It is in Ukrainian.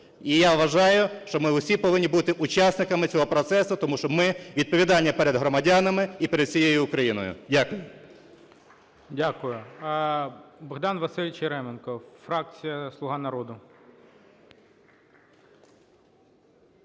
І я вважаю, що ми усі повинні бути учасниками цього процесу, тому що ми відповідальні перед громадянами і перед всією Україною. Дякую.